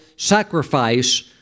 sacrifice